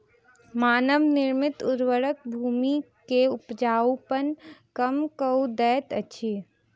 मानव निर्मित उर्वरक भूमि के उपजाऊपन कम कअ दैत अछि